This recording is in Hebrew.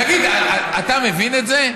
אל תשקר, תגיד, אתה מבין את זה?